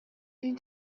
این